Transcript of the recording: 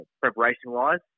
preparation-wise